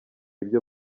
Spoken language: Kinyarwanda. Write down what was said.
ibyo